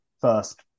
first